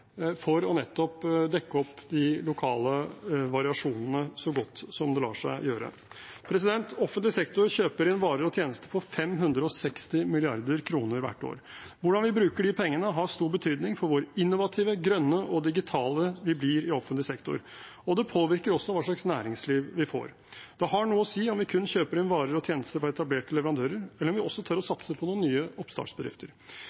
for nettopp å dekke opp de lokale variasjonene så godt det lar seg gjøre. Offentlig sektor kjøper inn varer og tjenester for 560 mrd. kr hvert år. Hvordan vi bruker de pengene, har stor betydning for hvor innovative, grønne og digitale vi blir i offentlig sektor, og det påvirker også hva slags næringsliv vi får. Det har noe å si om vi kun kjøper inn varer og tjenester fra etablerte leverandører, eller om vi også tør å